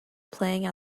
playing